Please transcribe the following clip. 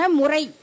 murai